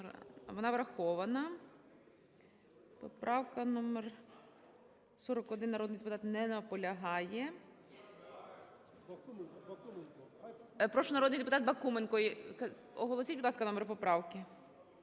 Вона врахована. Поправка номер 41. Народний депутат не наполягає. Прошу народний депутат Бакуменко. Оголосіть, будь ласка, номер поправки.